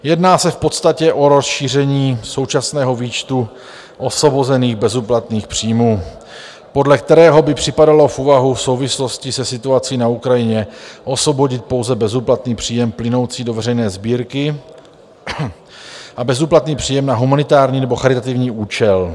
Jedná se v podstatě o rozšíření současného výčtu osvobozených bezúplatných příjmů, podle kterého by připadalo v úvahu v souvislosti se situací na Ukrajině osvobodit pouze bezúplatný příjem plynoucí do veřejné sbírky a bezúplatný příjem na humanitární nebo charitativní účel.